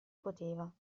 poteva